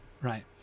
right